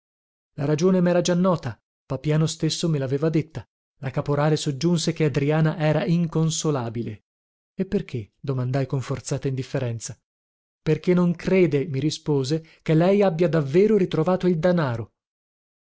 la ragione mera già nota papiano stesso me laveva detta la caporale soggiunse che adriana era inconsolabile e perché domandai con forzata indifferenza perché non crede mi rispose che lei abbia davvero ritrovato il danaro